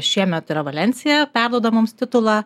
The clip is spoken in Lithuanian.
šiemet yra valensija perduoda mums titulą